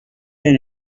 and